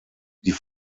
die